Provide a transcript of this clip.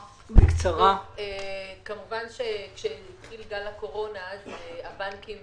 כמובן שכשהתחיל גל הקורונה, הבנקים